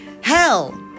Hell